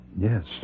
Yes